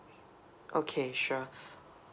okay sure